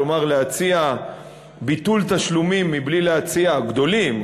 כלומר להציע ביטול תשלומים גדולים,